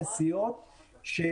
ביקשתי